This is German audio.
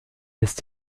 ist